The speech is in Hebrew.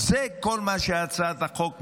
זה כל מה שהצעת החוק מבקשת.